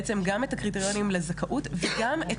בעצם, גם את הקריטריונים לזכאות וגם את